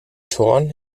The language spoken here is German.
thorn